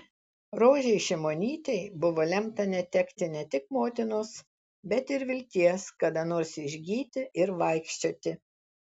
rožei šimonytei buvo lemta netekti ne tik motinos bet ir vilties kada nors išgyti ir vaikščioti